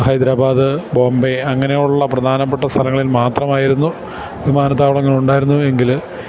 ഹൈദരാബാദ് ബോംബെ അങ്ങനെയുള്ള പ്രധാനപ്പെട്ട സ്ഥലങ്ങളിൽ മാത്രമായിരുന്നു വിമാനത്താവളങ്ങൾ ഉണ്ടായിരുന്നതെങ്കില്